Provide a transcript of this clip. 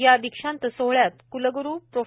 या दीक्षांत सोहळ्यात क्लग्रू प्रो